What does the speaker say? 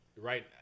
right